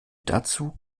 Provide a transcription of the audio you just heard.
dazu